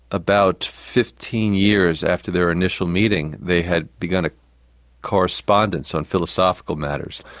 about fifteen years after their initial meeting, they had begun a correspondence on philosophical matters,